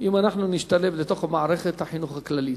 אם אנחנו נשתלב בתוך מערכת החינוך הכללית.